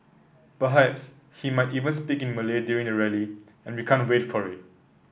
perhaps he might even speak in Malay during the rally and we can't wait for it